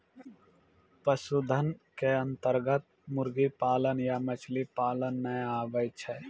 पशुधन के अन्तर्गत मुर्गी पालन या मछली पालन नाय आबै छै